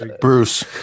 Bruce